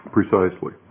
Precisely